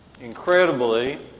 Incredibly